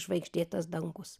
žvaigždėtas dangus